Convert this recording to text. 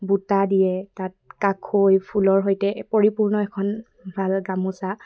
বুটা দিয়ে তাত কাষৈ ফুলৰ সৈতে পৰিপূৰ্ণ এখন ভাল গামোচা